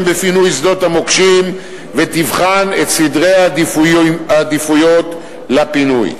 בפינוי שדות המוקשים ותבחן את סדרי העדיפויות לפינוי.